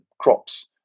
crops